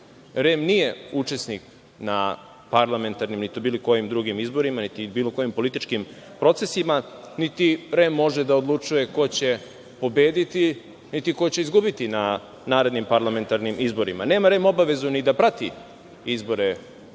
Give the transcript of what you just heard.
REM nije učesnik na parlamentarnim, niti bilo kojim drugim izborima, niti bilo kojim političkim procesima, niti REM može da odlučuje ko će pobediti, niti ko će izgubiti na narednim parlamentarnim izborima. Nema REM obavezu ni da prati izbore u